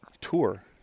tour